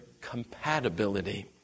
compatibility